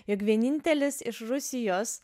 jog vienintelis iš rusijos